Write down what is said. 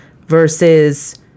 versus